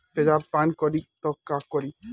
तेजाब पान करी त का करी?